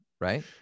right